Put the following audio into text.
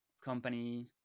company